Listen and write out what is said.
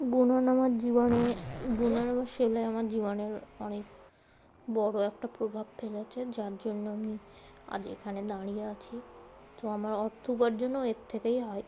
বুনান আমার জীবনে বুনন আমার সেল আমার জীবনের অনেক বড়ো একটা প্রভাব ফেলেছে যার জন্য আমি আজ এখানে দাঁড়িয়ে আছি তো আমার অর্থ উপার্জন এর থেকেই হয়